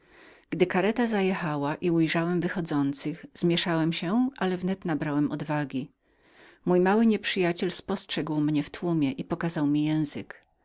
gdy kareta zajechała i ujrzałem wychodzących zmieszałem się ale wnet nabrałem odwagi mój mały nieprzyjaciel spostrzegł mnie w tłumie i pokazał mi język